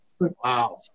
wow